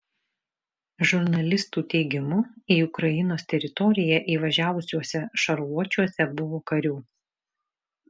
žurnalistų teigimu į ukrainos teritoriją įvažiavusiuose šarvuočiuose buvo karių